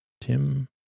Tim